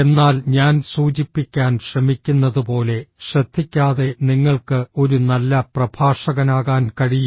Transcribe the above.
എന്നാൽ ഞാൻ സൂചിപ്പിക്കാൻ ശ്രമിക്കുന്നതുപോലെ ശ്രദ്ധിക്കാതെ നിങ്ങൾക്ക് ഒരു നല്ല പ്രഭാഷകനാകാൻ കഴിയില്ല